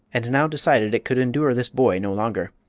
and now decided it could endure this boy no longer.